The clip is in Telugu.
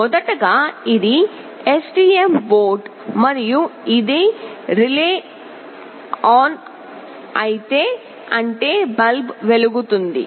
మొదటగా ఇది STM బోర్డు మరియు ఇది రిలే రిలే ఆన్ అయితే అంటే బల్బ్ వెలుగుతుంది